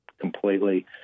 completely